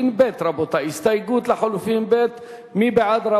שניים בעד,